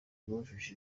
bujuje